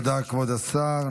תודה, כבוד השר.